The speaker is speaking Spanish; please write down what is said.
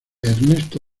ernesto